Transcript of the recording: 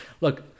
look